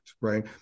right